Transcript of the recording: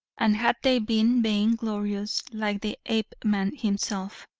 and had they been vain-glorious like the apeman himself,